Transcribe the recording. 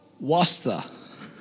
wasta